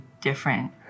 different